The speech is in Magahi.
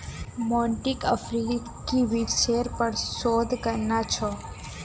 मोंटीक अफ्रीकी वृक्षेर पर शोध करना छ